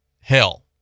hell